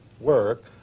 work